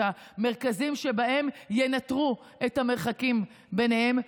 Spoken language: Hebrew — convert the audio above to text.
את המרכזים שבהם ינטרו את המרחקים ביניהם,